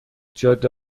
جاده